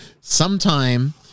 sometime